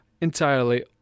entirely